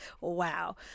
wow